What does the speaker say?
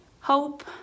hope